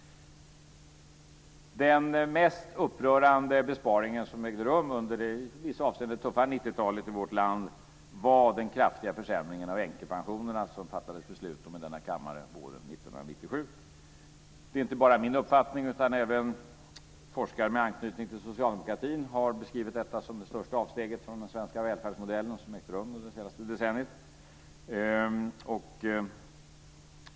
Den mest upprörande besparing som har ägt rum under det i vissa avseenden tuffa 90-talet i vårt land var den kraftiga försämring av änkepensionerna som fattades beslut om i denna kammare våren 1997. Det är inte bara min uppfattning, utan även forskare med anknytning till socialdemokratin har beskrivit detta som det största avsteget från den svenska välfärdsmodellen som har ägt rum under det senaste decenniet.